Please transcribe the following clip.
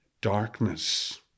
darkness